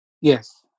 Yes